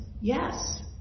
yes